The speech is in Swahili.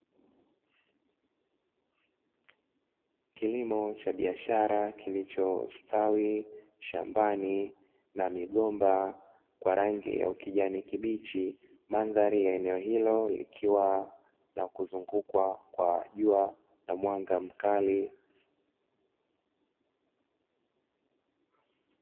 Kilimo cha biashara kilicho stawi shambani na migomba kwa rangi ya kijani kibichi, mandhari ya eneo hilo likiwa na kuzungukwa kwa jua na mwanga mkali.